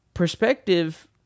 perspective